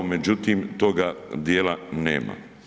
Međutim, toga dijela nema.